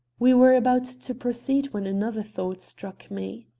we were about to proceed when another thought struck me.